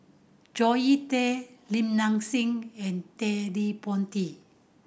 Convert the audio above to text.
Zoe Tay Li Nanxing and Ted De Ponti